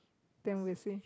then we switch